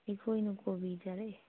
ꯑꯩꯈꯣꯏꯅ ꯀꯣꯕꯤ ꯆꯥꯔꯛꯏ